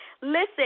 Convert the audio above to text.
listen